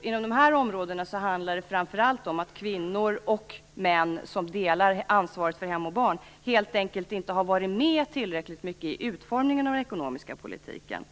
Inom de här områdena tror jag att det framför allt handlar om att kvinnor och män som delar ansvaret för hem och barn helt enkelt inte har varit med tillräckligt mycket i utformningen av den ekonomiska politiken.